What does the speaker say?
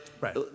Right